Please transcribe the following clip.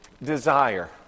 desire